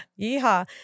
Yeehaw